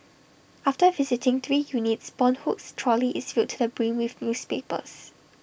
after visiting three units boon Hock's trolley is filled to the brim with newspapers